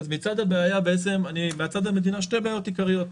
אז מצד המדינה שתי בעיות עיקריות.